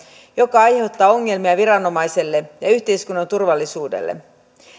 joka aiheuttaa ongelmia viranomaiselle ja yhteiskunnan turvallisuudelle